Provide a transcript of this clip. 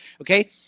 okay